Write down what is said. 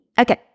Okay